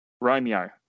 Romeo